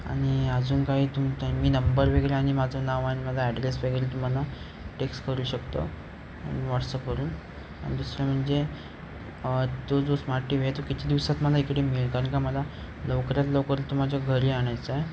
आणि अजून काही तुमच्या मी नंबर वगैरे आणि माझं नाव आणि माझा ॲड्रेस वगैरे तुम्हाला टेक्स्ट करू शकतो आणि व्हॉट्सअपवरून आणि दुसरं म्हणजे तो जो स्मार्ट टी व्ही आहे तो किती दिवसात मला इकडे मिळेल कारण का मला लवकरात लवकर तो माझ्या घरी आणायचा आहे